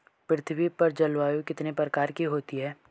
पृथ्वी पर जलवायु कितने प्रकार की होती है?